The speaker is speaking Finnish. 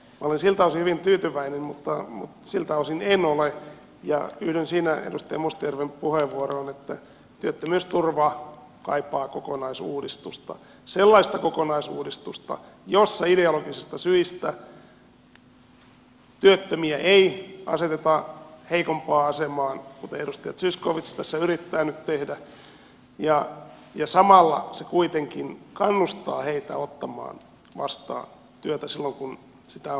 olen siltä osin hyvin tyytyväinen mutta siltä osin en ole ja yhdyn siinä edustaja mustajärven puheenvuoroon että työttömyysturva kaipaa kokonaisuudistusta sellaista kokonaisuudistusta jossa ideologisista syistä työttömiä ei aseteta heikompaan asemaan kuten edustaja zyskowicz tässä yrittää nyt tehdä ja samalla se kuitenkin kannustaa heitä ottamaan vastaan työtä silloin kun sitä on aidosti tarjolla